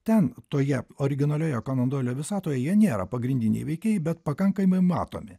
ten toje originalioje konodoilio visatoje jie nėra pagrindiniai veikėjai bet pakankamai matomi